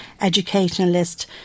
educationalist